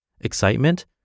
Excitement